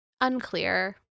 Unclear